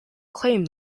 claim